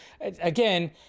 Again